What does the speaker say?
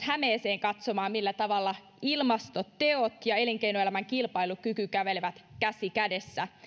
hämeeseen katsomaan millä tavalla ilmastoteot ja elinkeinoelämän kilpailukyky kävelevät käsi kädessä